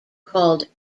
called